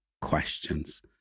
questions